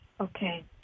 Okay